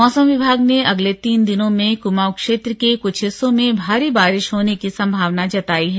मौसम विभाग ने अगले तीन दिनों में कुमांऊ क्षेत्र के कुछ हिस्सों में भारी बारिा होने की संभावना जताई है